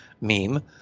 meme